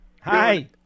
Hi